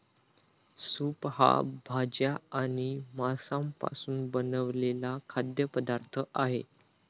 soup हा भाज्या आणि मांसापासून बनवलेला खाद्य पदार्थ आहे